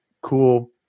cool